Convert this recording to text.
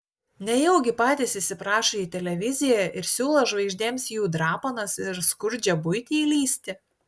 nejaugi patys įsiprašo į televiziją ir siūlo žvaigždėms į jų drapanas ir skurdžią buitį įlįsti